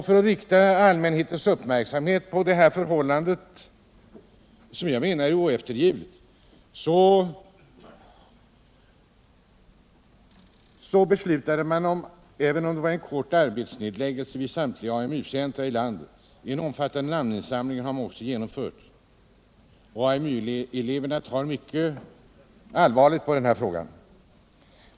För att rikta allmänhetens uppmärksamhet på det här förhållandet, som jag menar är ocfterrättligt, beslöt man om en kort arbetsnedläggelse vid samtliga AMU-centra i landet. En omfattande namninsamling har också genomförts. AMU-eleverna tar mycket allvarligt på frågan.